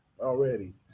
Already